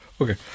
Okay